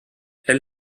elle